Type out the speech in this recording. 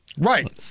Right